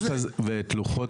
ואת לוחות